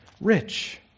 rich